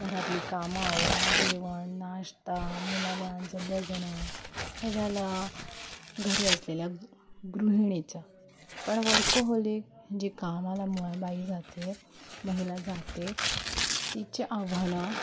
घरातली कामं आवरा जेवण नाश्ता मुलाबाळांचं बघणं हे झालं घरी असलेल्या गृहिणीचं पण वर्कोहली जे कामाला मुळाबाई जाते महिला जाते तिचे आव्हानं